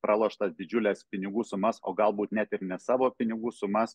praloštas didžiules pinigų sumas o galbūt net ir ne savo pinigų sumas